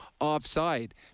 offside